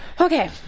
okay